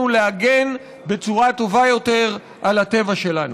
להגן בצורה טובה יותר על הטבע שלנו.